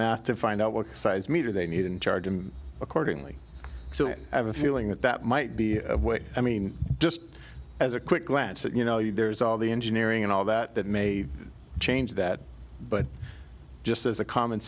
math to find out what size meter they need and charge him accordingly so it i have a feeling that that might be what i mean just as a quick glance at you know there's all the engineering and all that that may change that but just as a common